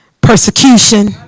persecution